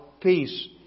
peace